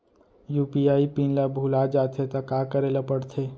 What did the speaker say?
UPI PIN ल भुला जाथे त का करे ल पढ़थे?